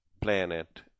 planet